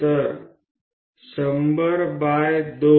તો 100 2 3